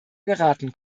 geraten